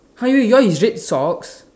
how you yours is red socks